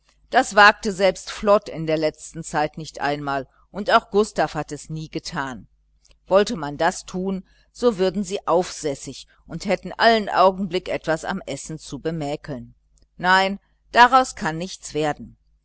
das wagte selbst flod in der letzten zeit nicht einmal und auch gustav hat es nie getan wollte man das tun so würden sie aufsässig und hätten alle augenblick etwas am essen zu bemäkeln nein daraus kann nichts werden